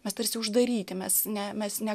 mes tarsi uždaryti mes ne mes ne